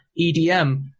EDM